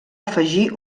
afegir